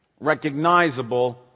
recognizable